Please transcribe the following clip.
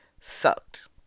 sucked